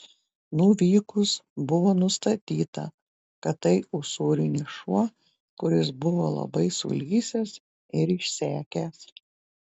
nuvykus buvo nustatyta kad tai usūrinis šuo kuris buvo labai sulysęs ir išsekęs